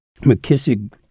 McKissick